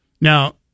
Now